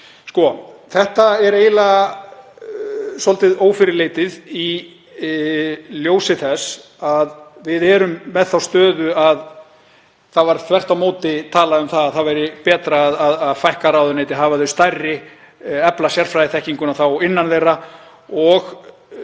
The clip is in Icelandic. Þetta er eiginlega svolítið ófyrirleitið í ljósi þess að við erum með þá stöðu að það var þvert á móti talað um að betra væri að fækka ráðuneytum, hafa þau stærri, efla sérfræðiþekkinguna þá innan þeirra.